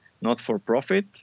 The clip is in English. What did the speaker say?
not-for-profit